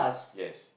yes